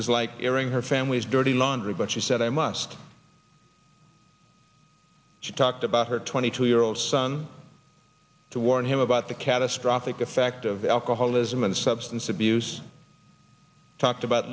was like hearing her family's dirty laundry but she said i must she talked about her twenty two year old son to warn him about the catastrophic effect of alcoholism and substance abuse talked about